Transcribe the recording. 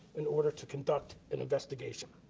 in order to conduct an investigation.